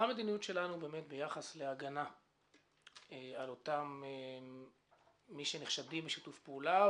מה המדיניות שלנו ביחס להגנה על מי שנחשדים בשיתוף פעולה,